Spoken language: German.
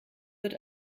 wird